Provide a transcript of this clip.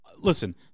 listen